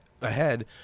ahead